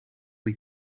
die